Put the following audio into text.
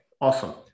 Awesome